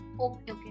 okay